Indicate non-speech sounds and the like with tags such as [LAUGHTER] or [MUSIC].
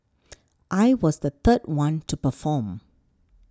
[NOISE] I was the third one to perform